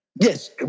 Yes